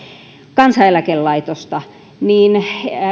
kansaneläkelaitosta niin